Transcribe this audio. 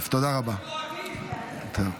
ינון אזולאי, תרגיע אותנו שהכול בסדר.